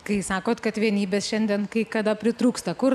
kai sakot kad vienybės šiandien kai kada pritrūksta kur